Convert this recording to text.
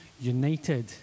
united